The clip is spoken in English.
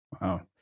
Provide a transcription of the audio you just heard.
wow